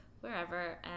wherever